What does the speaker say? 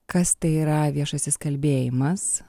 kas tai yra viešasis kalbėjimas